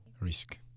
Risk